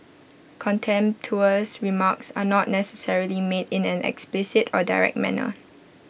contemptuous remarks are not necessarily made in an explicit or direct manner